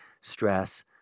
stress